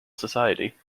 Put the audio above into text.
society